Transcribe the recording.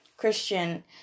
Christian